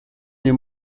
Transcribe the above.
nie